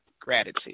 gratitude